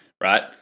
Right